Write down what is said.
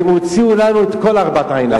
והם הוציאו לנו את כל ארבע העיניים שלנו,